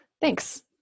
Thanks